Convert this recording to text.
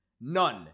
None